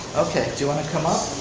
okay, do you wanna come up?